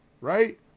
right